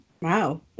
Wow